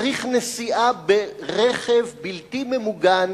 צריך נסיעה ברכב בלתי ממוגן